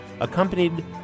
accompanied